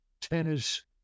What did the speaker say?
tennis